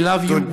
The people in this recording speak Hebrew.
We love you,